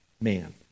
man